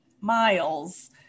Miles